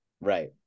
Right